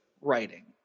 writing